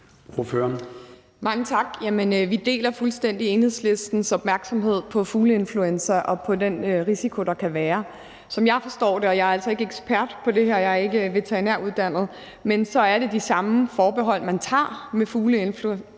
Mange tak. Jamen vi deler fuldstændig Enhedslistens opmærksomhed på fugleinfluenza og på den risiko, der kan være. Som jeg forstår det – og jeg er altså ikke ekspert på det her, jeg er ikke veterinæruddannet – så er det de samme forbehold, man tager med fugleinfluenza,